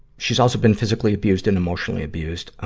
she's also been physically abused and emotionally abused.